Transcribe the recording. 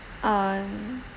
uh